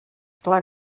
clar